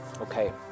Okay